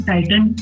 Titan